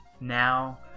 now